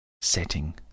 setting